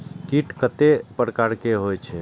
कीट कतेक प्रकार के होई छै?